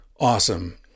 awesome